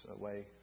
away